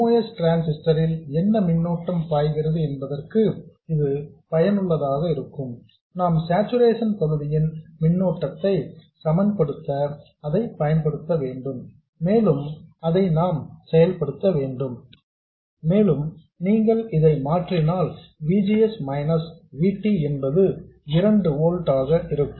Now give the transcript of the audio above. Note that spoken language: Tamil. MOS டிரான்ஸிஸ்டர் இல் என்ன மின்னோட்டம் பாய்கிறது என்பதற்கும் இது பயனுள்ளதாக இருக்கும் நாம் சார்ச்சுரேசன் பகுதியின் மின்னோட்டத்தை சமன்படுத்த அதை பயன்படுத்த வேண்டும் மேலும் அதை நாம் செயல்படுத்த வேண்டும் மேலும் நீங்கள் இதை மாற்றினால் V G S minus V T என்பது 2 ஓல்ட்ஸ் ஆக இருக்கும்